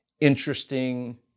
interesting